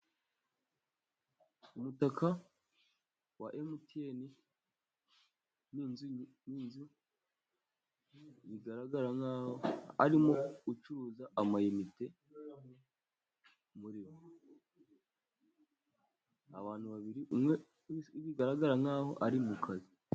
Umutaka wa MTN, n'inzu bigaragara nk'aho arimo amayimite, muri yo. Ni abantu babiri, umwe bigaragara nk'aho ari mu kazi.